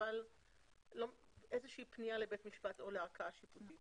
אבל איזושהי פנייה לבית משפט או לערכאה שיפוטית.